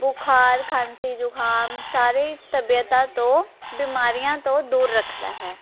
ਬੁਖਾਰ ਖਾਂਸੀ ਜੁਖਾਮ ਸਾਰੇ ਤਬੀਅਤਾਂ ਤੋਂ ਬਿਮਾਰੀਆਂ ਤੋਂ ਦੂਰ ਰੱਖਦਾ ਹੈ